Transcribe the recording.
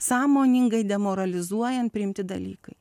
sąmoningai demoralizuojant priimti dalykai